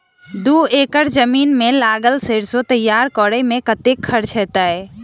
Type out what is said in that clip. दू एकड़ जमीन मे लागल सैरसो तैयार करै मे कतेक खर्च हेतै?